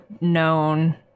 known